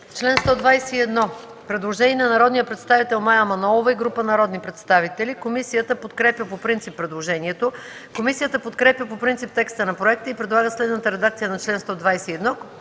чл. 121 има предложение на народния представител Мая Манолова и група народни представители. Комисията подкрепя по принцип предложението. Комисията подкрепя по принцип текста на проекта и предлага следната редакция на чл. 121,